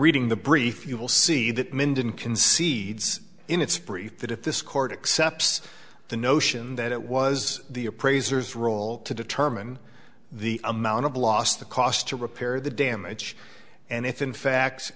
reading the brief you will see that men didn't concedes in its brief that if this court accept the notion that it was the appraiser's role to determine the amount of loss the cost to repair the damage and if in fact